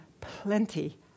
plenty